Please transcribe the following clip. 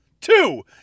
Two